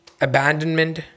abandonment